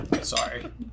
Sorry